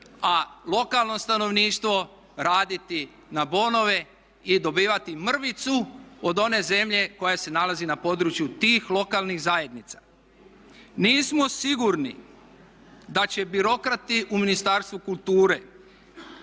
a lokalno stanovništvo raditi na bonove i dobivati mrvicu od one zemlje koja se nalazi na području tih lokalnih zajednica. Nismo sigurni da će birokrati u Ministarstvu kulture